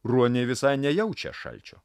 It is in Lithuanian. ruoniai visai nejaučia šalčio